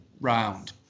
round